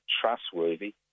trustworthy